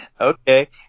Okay